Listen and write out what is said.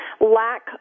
lack